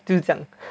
就是这样